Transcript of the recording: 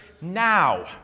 now